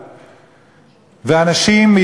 ואנשים,